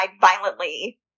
violently